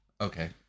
Okay